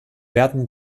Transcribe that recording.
werden